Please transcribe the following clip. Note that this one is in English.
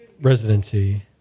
residency